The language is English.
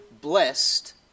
blessed